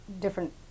different